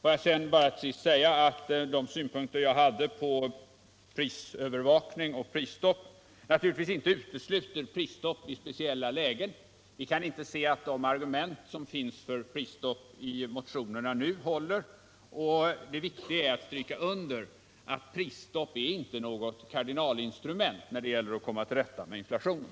Får jag slutligen bara säga att de synpunkter som jag hade på prisövervakning och prisstopp naturligtvis inte utesluter prisstopp i speciella lägen. Vi kan inte se att de argument som finns för prisstopp i motionerna håller, och det viktiga är att stryka under att prisstopp inte är något kardinalinstrument när det gäller att komma till rätta med inflationen.